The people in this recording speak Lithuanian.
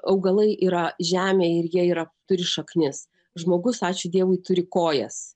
augalai yra žemėj ir jie yra turi šaknis žmogus ačiū dievui turi kojas